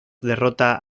derrota